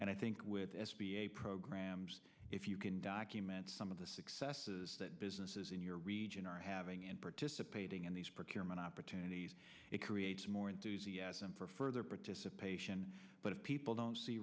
and i think with a program if you can document some of the successes that businesses in your region are having in participating in these parts human opportunities it creates more enthusiasm for further participation but if people don't see